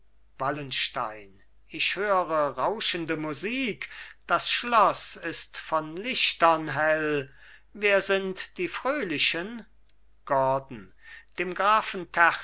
wallenstein ich höre rauschende musik das schloß ist von lichtern hell wer sind die fröhlichen gordon dem grafen